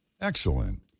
Excellent